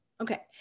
Okay